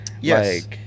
yes